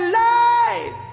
light